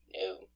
No